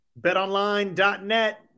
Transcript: BetOnline.net